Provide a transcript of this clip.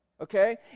Okay